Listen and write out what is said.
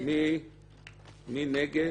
מי נגד?